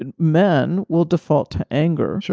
and men will default to anger,